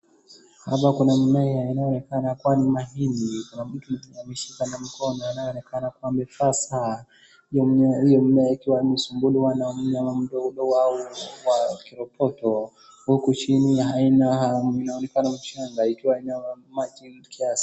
Hapa kuna mmea inayoonekana kuwa ni mahindi. Kuna mtu ameshika na mkono anayoonekana kuwa amevaa saa, hiyo mmea ikiwa imesumbuliwa na mnyama mdogo wa kiroboto huku chini haina inaonekana ni shamba ikiwa na maji kiasi .